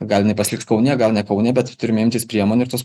gal jinai pasiliks kaune gal ne kaune bet turime imtis priemonių ir tos